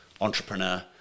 Entrepreneur